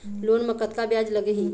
Loan म कतका ब्याज लगही?